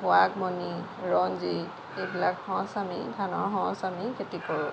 সুৱাগমণি ৰঞ্জিত এইবিলাক সঁচ আমি ধানৰ সঁচ আমি খেতি কৰোঁ